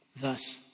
thus